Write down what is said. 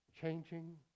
changing